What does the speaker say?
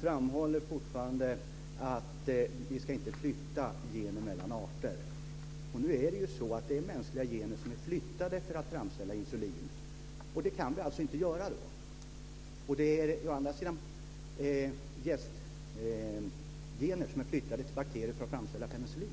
framhåller fortfarande att vi inte ska flytta gener mellan arter. Nu är det så att det är mänskliga gener som är flyttade för att framställa insulin. Det kan vi alltså inte göra då. Å andra sidan är det jästgener som är flyttade till bakterier för att framställa penicillin.